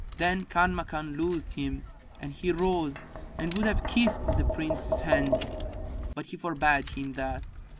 then kanmakan loosed him and he rose and would have kissed the prince's hand but he forbade him that.